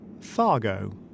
Fargo